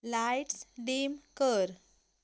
lights dim कर